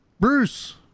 Bruce